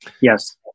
Yes